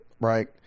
Right